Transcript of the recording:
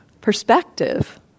perspective